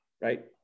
Right